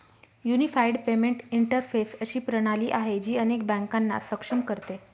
unified payment interface अशी प्रणाली आहे, जी अनेक बँकांना सक्षम करते